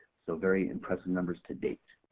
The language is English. so very impressive numbers to date.